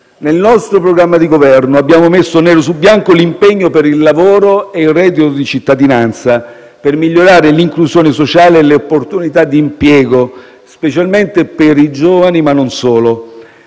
Nel nostro programma di Governo abbiamo messo nero su bianco l'impegno per il lavoro e il reddito di cittadinanza per migliorare l'inclusione sociale e le opportunità di impiego, specialmente per i giovani, ma non solo.